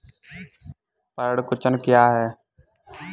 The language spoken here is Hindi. पर्ण कुंचन क्या है?